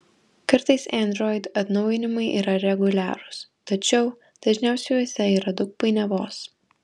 kartais android atnaujinimai yra reguliarūs tačiau dažniausiai juose yra daug painiavos